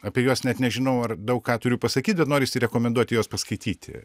apie juos net nežinau ar daug ką turiu pasakyt bet norisi rekomenduoti juos paskaityti